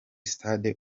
stade